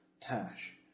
Tash